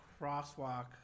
crosswalk